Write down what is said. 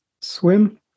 swim